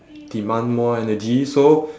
demand more energy so